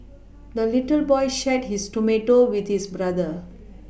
the little boy shared his tomato with his brother